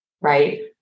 right